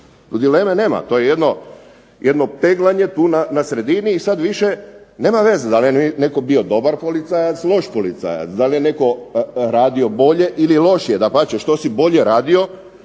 dileme nema. To je jedno peglanje tu na sredini i sad više nema veze da li je netko bio dobar policajac, loš policajac, da li je netko radio bolje ili lošije. Dapače, što si bolje radio